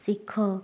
ଶିଖ